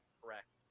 correct